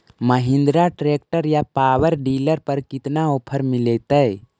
Mahindra tractor या power dealer पर कितना ओफर मीलेतय?